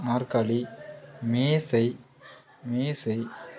நாற்காலி மேசை மேசை